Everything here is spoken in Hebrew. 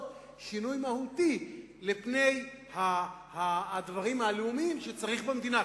שינוי מהותי לפני הדברים הלאומיים שצריך במדינה,